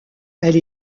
elle